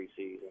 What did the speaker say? preseason